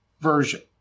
version